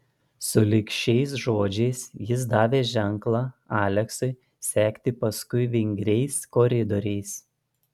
sulig šiais žodžiais jis davė ženklą aleksui sekti paskui vingriais koridoriais